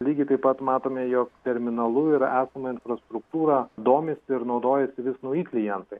lygiai taip pat matome jog terminalu ir esama infrastruktūra domisi ir naudojasi vis nauji klientai